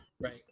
right